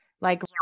Like-